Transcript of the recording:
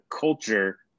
culture